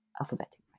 alphabetic